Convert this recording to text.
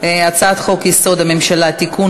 הצעת חוק-יסוד: הממשלה (תיקון,